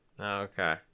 okay